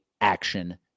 action